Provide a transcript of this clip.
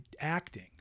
acting